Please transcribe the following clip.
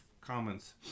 comments